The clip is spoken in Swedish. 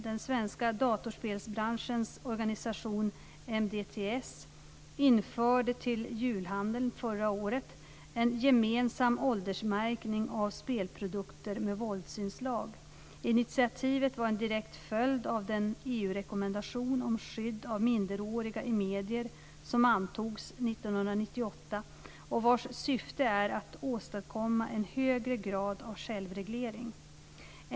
Den svenska datorspelsbranschens organisation MDTS, Multimedia, Dator & TV-spel, införde till julhandeln förra året en gemensam åldersmärkning av spelprodukter med våldsinslag. Initiativet var en direkt följd av den EU-rekommendation om skydd av minderåriga i medier som antogs 1998 och vars syfte är att åstadkomma en högre grad av självreglering.